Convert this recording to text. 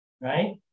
right